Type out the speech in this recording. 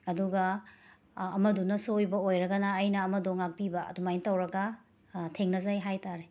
ꯑꯗꯨꯒ ꯑꯃꯗꯨꯅ ꯁꯣꯏꯕ ꯑꯣꯏꯔꯒꯅ ꯑꯩꯅ ꯑꯃꯗꯣ ꯉꯥꯛꯄꯤꯕ ꯑꯗꯨꯃꯥꯏ ꯇꯧꯔꯒ ꯊꯦꯡꯅꯖꯩ ꯍꯥꯏꯇꯥꯔꯦ